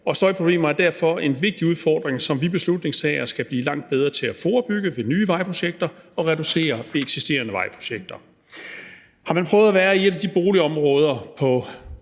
støjproblemer er derfor en vigtig udfordring, som vi beslutningstagere skal blive langt bedre til at forebygge ved nye vejprojekter og reducere ved eksisterende vejprojekter. Har man prøvet at være i et af de boligområder på